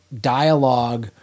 dialogue